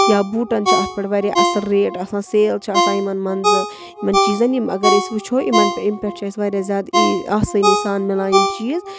یا بوٗٹن چھِ اَتھ پٮ۪ٹھ وارِیاہ اَصٕل ریٹ آسان سیل چھِ آسان یِمن منٛزٕ یِمن چیٖزن یِم اگر أسۍ وٕچھو اِمن اَمہِ پٮ۪ٹھ چھُ اَسہِ وارِیاہ زیادٕ آسٲنی سان مِلان یِم چیٖز